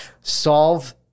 Solve